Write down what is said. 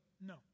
No